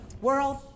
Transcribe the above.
World